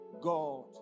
God